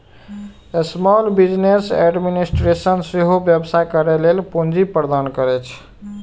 small business administration सेहो व्यवसाय करै लेल पूंजी प्रदान करै छै